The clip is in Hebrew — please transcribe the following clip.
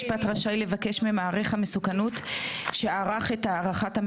רשאי מעריך המסוכנות להעביר מידע לעובד סוציאלי לפי חוק או לקצין מבחן,